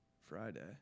Friday